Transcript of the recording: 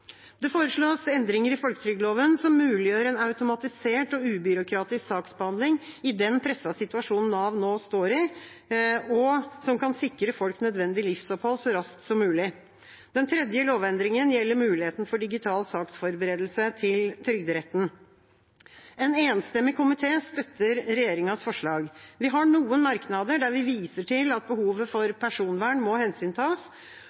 Det foreslås endringer i folketrygdloven som muliggjør en automatisert og ubyråkratisk saksbehandling i den pressede situasjonen Nav nå står i, som kan sikre folk nødvendig livsopphold så raskt som mulig. Den tredje lovendringen gjelder muligheten for digital saksforberedelse til trygderetten. En enstemmig komité støtter regjeringas forslag. Vi har noen merknader der vi viser til at behovet